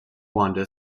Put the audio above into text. wanda